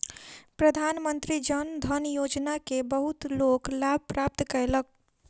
प्रधानमंत्री जन धन योजना के बहुत लोक लाभ प्राप्त कयलक